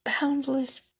boundless